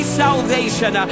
salvation